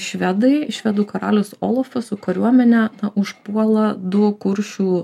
švedai švedų karalius olafas su kariuomene užpuola du kuršių